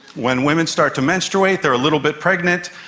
when women start to menstruate, they're a little bit pregnant,